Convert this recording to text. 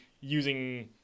using